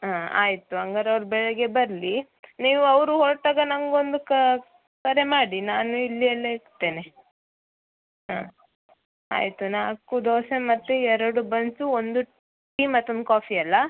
ಹಾಂ ಆಯಿತು ಹಂಗಾರೆ ಅವ್ರು ಬೆಳಿಗ್ಗೆ ಬರಲಿ ನೀವು ಅವರು ಹೊರಟಾಗ ನನಗೊಂದು ಕರೆ ಮಾಡಿ ನಾನು ಇಲ್ಲಿ ಅಲ್ಲೇ ಇರ್ತೇನೆ ಹಾಂ ಆಯಿತು ನಾಲ್ಕು ದೋಸೆ ಮತ್ತು ಎರಡು ಬನ್ಸು ಒಂದು ಟೀ ಮತ್ತೊಂದು ಕಾಫಿ ಅಲ್ವಾ